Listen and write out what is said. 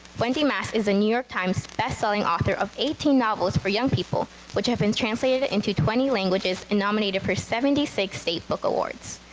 mass is a new york times bestselling author of eighteen novels for young people which have been translated into twenty languages and nominated for seventy six state book awards.